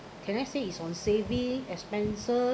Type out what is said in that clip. can I say is on saving expenses